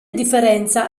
differenza